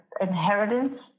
inheritance